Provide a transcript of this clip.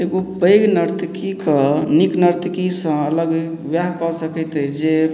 एगो पैघ नर्तकीके नीक नर्तकीसँ अलग वएह कऽ सकैत अछि जे